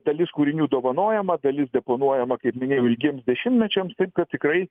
dalis kūrinių dovanojama dalis deponuojama kaip minėjau ilgiems dešimtmečiams taip kad tikrai